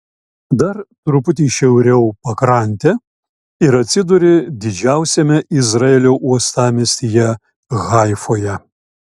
dar truputį šiauriau pakrante ir atsiduri didžiausiame izraelio uostamiestyje haifoje